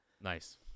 Nice